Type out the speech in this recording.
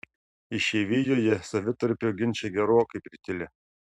išeivijoje savitarpio ginčai gerokai pritilę